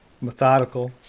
methodical